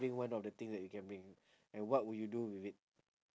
bring one of the thing that you can bring and what would you do with it